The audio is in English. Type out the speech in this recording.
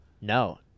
No